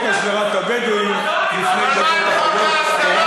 הסדרת התיישבות הבדואים לפני דקות אחדות.